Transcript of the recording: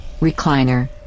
recliner